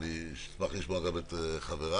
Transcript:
ואשמח לשמוע גם את חבריי.